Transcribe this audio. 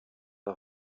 der